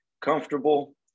comfortable